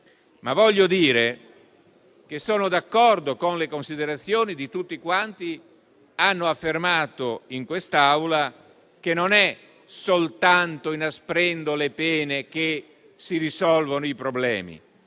Voglio dire che sono d'accordo con le considerazioni di tutti quanti hanno affermato in quest'Aula che non è soltanto inasprendo le pene che si risolvono i problemi.